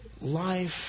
life